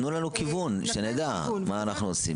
תנו לנו כיוון, שנדע מה אנחנו עושים.